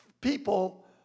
people